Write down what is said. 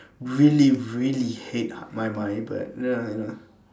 really really hate my mind but ya you know